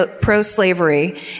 pro-slavery